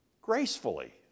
gracefully